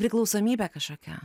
priklausomybė kažkokia